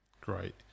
great